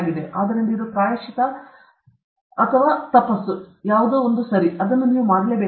ಆದ್ದರಿಂದ ಇದು ಪ್ರಾಯಶ್ಚಿತ್ತ ಅಥವಾ ತಪಸ್ಸು ಸರಿ ನೀವು ಅದನ್ನು ಮಾಡಬೇಕಾಗಿದೆ